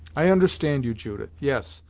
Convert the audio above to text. i understand you, judith yes,